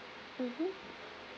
mmhmm